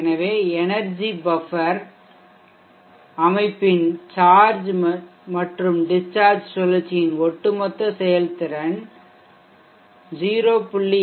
எனவே energy buffer இடையகம் அமைப்பின் சார்ஜ் மற்றும் டிஷ்சார்ஜ் சுழற்சியின் ஒட்டுமொத்த செயல்திறன் 0